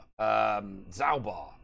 Zalbar